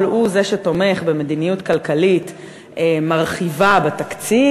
הוא זה שתומך במדיניות כלכלית מרחיבה בתקציב,